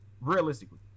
Realistically